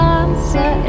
answer